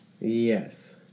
Yes